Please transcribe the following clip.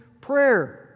prayer